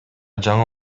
жаңы